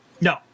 no